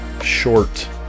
short